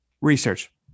Research